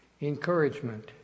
Encouragement